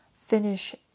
finish